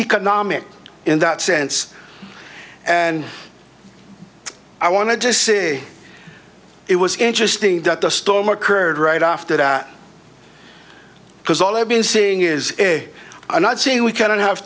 economic in that sense and i wanted to say it was interesting that the storm occurred right after that because all i've been seeing is i'm not saying we can have